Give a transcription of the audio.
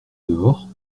dehors